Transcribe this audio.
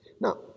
Now